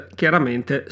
chiaramente